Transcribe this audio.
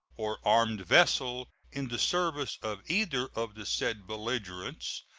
or armed vessel in the service of either of the said belligerents,